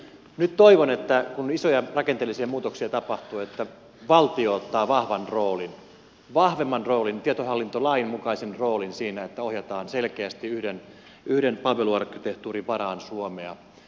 nyt toivon että kun isoja rakenteellisia muutoksia tapahtuu valtio ottaa vahvan roolin vahvemman roolin tietohallintolain mukaisen roolin siinä että ohjataan selkeästi yhden palveluarkkitehtuurin varaan suomea